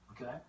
Okay